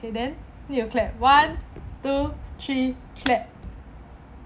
okay then need to clap one two three clap